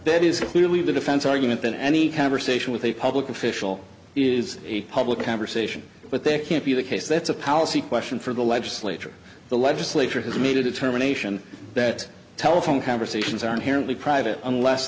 that is clearly the defense argument than any conversation with a public official is a public conversation but there can't be the case that's a policy question for the legislature the legislature has made a determination that telephone conversations are inherently private unless